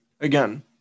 again